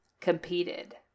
competed